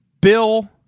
Bill